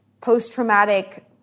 post-traumatic